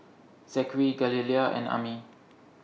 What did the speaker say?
Zachery Galilea and Ami